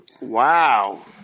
Wow